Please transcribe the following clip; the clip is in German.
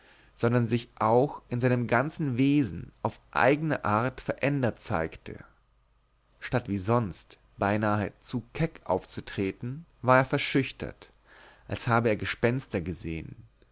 sondern sich auch in seinem ganzen wesen auf eigne art verändert zeigte statt wie sonst beinahe zu keck aufzutreten war er verschüchtert als habe er gespenster gesehen